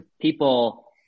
people